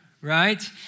right